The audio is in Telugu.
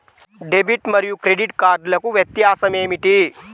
డెబిట్ మరియు క్రెడిట్ కార్డ్లకు వ్యత్యాసమేమిటీ?